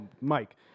Mike